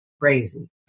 crazy